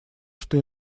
что